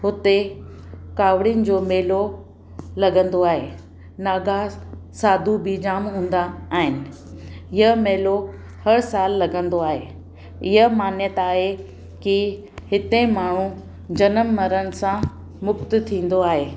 हुते कावड़ीनि जो मेलो लॻंदो आहे नागास साधू बि जामु हूंदा आहिनि इहा मेलो हर सालु लॻंदो आहे इहा मान्यता आहे की हिते माण्हू जनम मरण सां मुक़्ति थींदो आहे